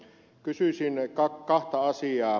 kysyisin kahta asiaa